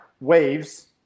waves